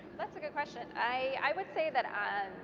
that's a good question. i would say that i